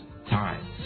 time